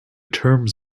terms